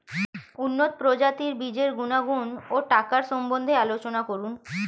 উন্নত প্রজাতির বীজের গুণাগুণ ও টাকার সম্বন্ধে আলোচনা করুন